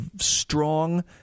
strong